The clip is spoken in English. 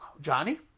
Johnny